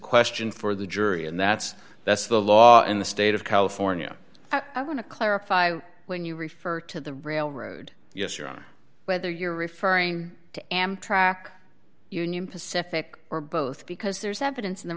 question for the jury and that's that's the law in the state of california i want to clarify when you refer to the railroad yes you're on whether you're referring to amtrak union pacific or both because there's evidence in the